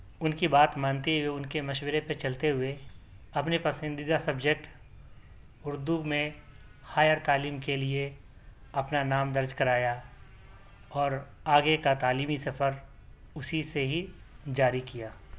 اُن کی بات مانتے ہوئے اُن کے مشورے پہ چلتے ہوئے اپنے پسندیدہ سبجیکٹ اُردو میں ہائیر تعلیم کے لئے اپنا نام درج کرایا اور آگے کا تعلیمی سفر اُسی سے ہی جاری کیا